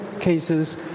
cases